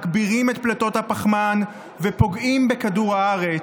מגבירים את פליטות הפחמן ופוגעים בכדור הארץ,